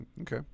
Okay